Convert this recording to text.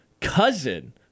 cousin